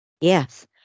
Yes